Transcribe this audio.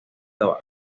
tabaco